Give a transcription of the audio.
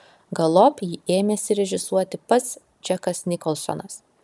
galop jį ėmėsi režisuoti pats džekas nikolsonas